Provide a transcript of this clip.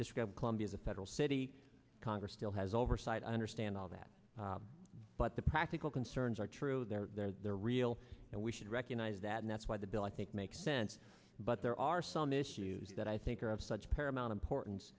discussed colombia the federal city congress still has oversight i understand all that but the practical concerns are true they're there they're real and we should recognize that and that's why the bill i think makes sense but there are some issues that i think are of such paramount importan